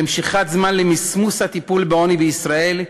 למשיכת זמן ולמסמוס הטיפול בעוני בישראל,